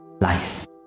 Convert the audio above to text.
lies